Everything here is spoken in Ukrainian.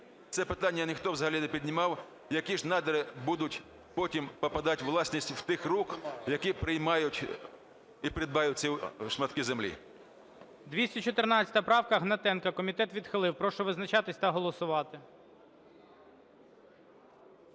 Це питання ніхто взагалі не піднімав, які ж надра будуть потім попадати у власність тих рук, які приймають і придбають ці шматки землі.